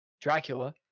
Dracula